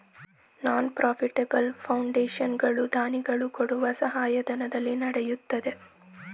ನಾನ್ profitable foundation ಗಳು ದಾನಿಗಳು ಕೊಡುವ ಸಹಾಯಧನದಲ್ಲಿ ನಡೆಯುತ್ತದೆ